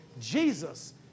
Jesus